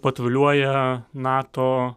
patruliuoja nato